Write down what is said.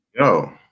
Yo